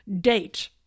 date